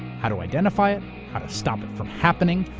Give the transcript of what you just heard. how to identify it, how to stop it from happening,